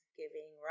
giving